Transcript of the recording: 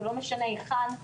זה לא משנה היכן,